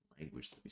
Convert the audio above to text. language